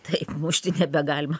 taip mušti nebegalima